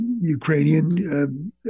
Ukrainian